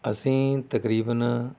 ਅਸੀਂ ਤਕਰੀਬਨ